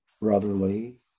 brotherly